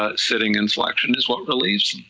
ah sitting in flexion is what relieves and